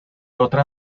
otra